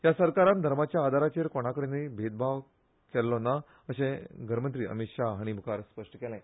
ह्या सरकारांत धर्माच्या आधाराचेर कोणा कडेनच भेदकाम केल्लो ना अशें घरमंत्री अमीत शाह हांणी स्पश्ट केलें